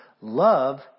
Love